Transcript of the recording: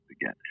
again